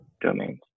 domains